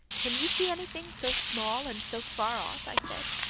can you see anything so small and so far off i said.